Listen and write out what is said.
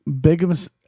biggest